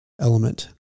element